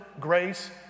grace